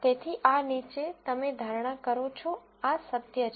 તેથી આ નીચે તમે ધારણા કરો છો આ સત્ય છે